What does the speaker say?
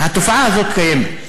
התופעה הזאת קיימת,